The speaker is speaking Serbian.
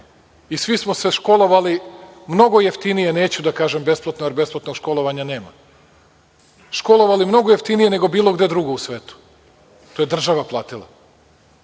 i svi smo se školovali mnogo jeftinije, neću da kažem besplatno, jer besplatnog školovanja nema. Školovali mnogo jeftinije nego bilo gde drugo u svetu, to je država platila.